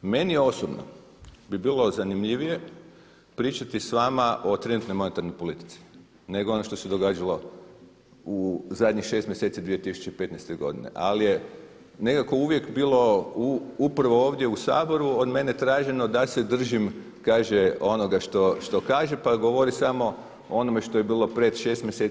Meni osobno bi bilo zanimljivije pričati s vama o trenutnoj monetarnoj politici nego ono što se događalo u zadnjih šest mjeseci 2015. godine, ali je nekako uvijek bilo upravo ovdje u Saboru od mene traženo da se držim kaže onoga što kaže pa govori samo o onome što je bilo pred šest mjeseci.